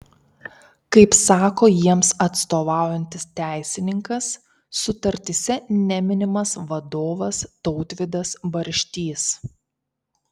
kaip sako jiems atstovaujantis teisininkas sutartyse neminimas vadovas tautvydas barštys